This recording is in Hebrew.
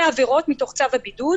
אלה עבירות מתוך צו הבידוד,